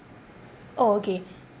orh okay